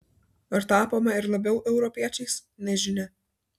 ar tapome ir labiau europiečiais nežinia